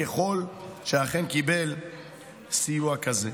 ככל שאכן קיבל סיוע כזה.